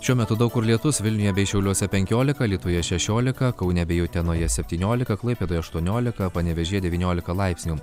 šiuo metu daug kur lietus vilniuje bei šiauliuose penkiolika alytuje šešiolika kaune bei utenoje septyniolika klaipėdoj aštuoniolika panevėžyje devyniolika laipsnių